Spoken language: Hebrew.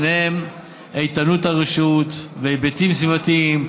ובהם איתנות הרשות והיבטים סביבתיים,